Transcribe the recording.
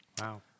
Wow